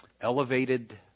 elevated